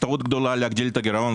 טעות גדולה להגדיל את הגירעון,